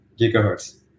gigahertz